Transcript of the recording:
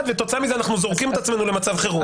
וכתוצאה מזה אנחנו זורקים את עצמנו למצב חירום.